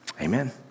Amen